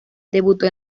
debutó